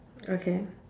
okay